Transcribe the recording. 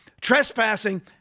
trespassing